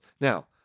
Now